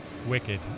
wicked